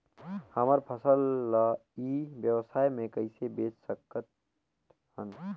हमर फसल ल ई व्यवसाय मे कइसे बेच सकत हन?